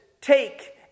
take